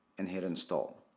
and hit install.